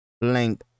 link